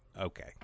Okay